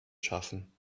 schaffen